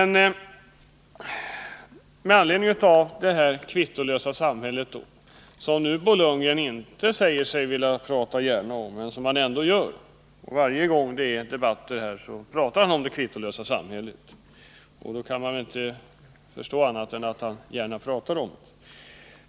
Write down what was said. Nu säger Bo Lundgren att han inte gärna vill prata om det kvittolösa samhället. Men varje gång det är debatt här så pratar han om detta, och då kan man ju inte förstå annat än att han gärna gör det.